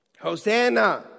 Hosanna